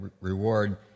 reward